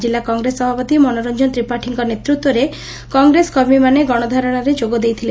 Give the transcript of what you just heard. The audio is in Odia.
କିଲ୍ଲା କଂଗ୍ରେସ ସଭାପତି ମନୋରଂକନ ତ୍ରିପାଠୀଙ୍କ ନେତୂତ୍ୱରେ କଂଗ୍ରେସ କର୍ମୀମାନେ ଗଣଧାରଣାରେ ଯୋଗ ଦେଇଥିଲେ